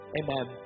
amen